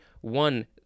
One